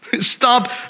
Stop